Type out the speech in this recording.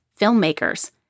filmmakers